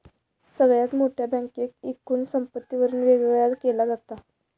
सगळ्यात मोठ्या बँकेक एकूण संपत्तीवरून वेगवेगळा केला जाता